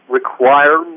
require